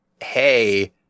hey